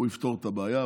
הוא יפתור את הבעיה.